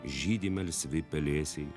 žydi melsvi pelėsiai